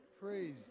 Praise